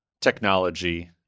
technology